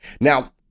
Now